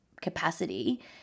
capacity